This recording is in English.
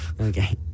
Okay